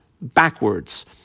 backwards